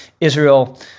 Israel